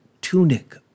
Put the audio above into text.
tunic